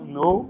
no